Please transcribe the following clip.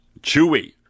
Chewy